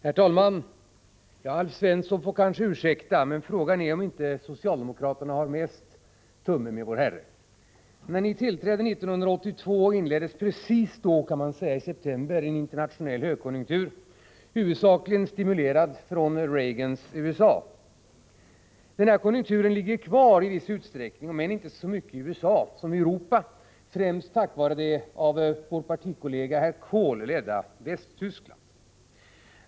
Herr talman! Herr Svensson får ursäkta men frågan är om inte socialdemokraterna har mest tumme med vår Herre. Precis när socialdemokraterna tillträdde 1982 — i september — inleddes en internationell högkonjunktur, huvudsakligen stimulerad från Reagans USA. Den högkonjunkturen ligger i viss mån kvar, om än inte i så stor utsträckning i USA som i Europa, främst tack vare det av vår partikollega herr Kohl ledda Västtyskland.